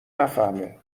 نفهمه